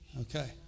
Okay